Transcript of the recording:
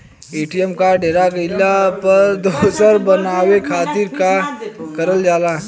ATM card हेरा गइल पर दोसर बनवावे खातिर का करल जाला?